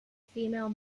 female